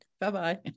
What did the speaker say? Bye-bye